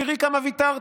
תראי כמה ויתרתי.